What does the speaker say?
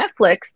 netflix